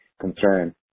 concern